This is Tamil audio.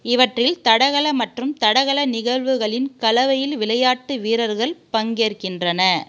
இவற்றில் தடகள மற்றும் தடகள நிகழ்வுகளின் கலவையில் விளையாட்டு வீரர்கள் பங்கேற்கின்றனர்